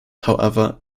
however